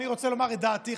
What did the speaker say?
אני רוצה לומר את דעתי,